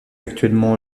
actuellement